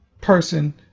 person